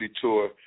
Tour